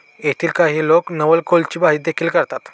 येथील काही लोक नवलकोलची भाजीदेखील करतात